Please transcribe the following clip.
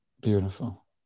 Beautiful